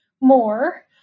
more